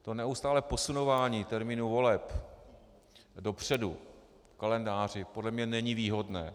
To neustálé posunování termínů voleb dopředu v kalendáři podle mě není výhodné.